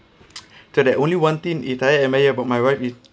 so that only one thing is I admire about my wife is